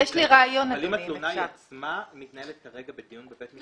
אבל אם התלונה עצמה מתנהלת כרגע בדיון בבית משפט?